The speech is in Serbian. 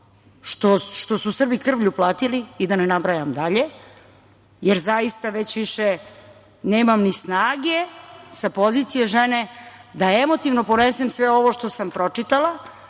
što su Srbi krvlju platili i da ne nabrajam dalje, jer zaista već više nemam ni snage sa pozicije žene da emotivno podnesem sve ovo što sam pročitala,